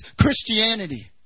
Christianity